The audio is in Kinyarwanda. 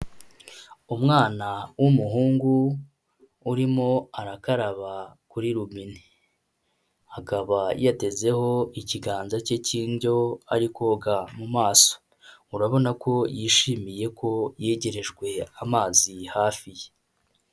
Umwana w'umuhungu urimo arakaraba kuri rubini akaba yatezeho ikiganza cye cy'indyo ari koga mu maso, urabona ko yishimiye ko yegerejwe amazi hafi ye.